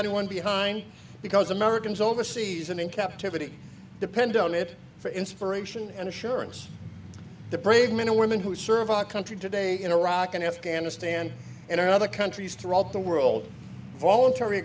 anyone behind because americans overseas and in captivity depend on it for inspiration and assurance the brave men and women who serve our country today in iraq and afghanistan and in other countries throughout the world voluntary